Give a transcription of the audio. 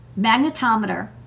magnetometer